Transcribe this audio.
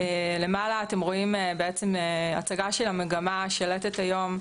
למעלה אתם רואים הצגה של המגמה השלטת היום,